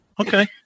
Okay